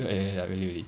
ya really really